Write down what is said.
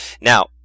Now